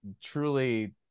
truly